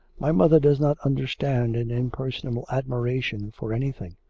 my mother does not understand an impersonal admiration for anything.